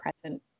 present